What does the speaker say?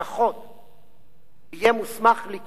יהיה מוסמך לקבוע כי חוק איננו תקף.